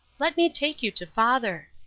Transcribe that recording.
let me take you to father